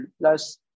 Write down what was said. Plus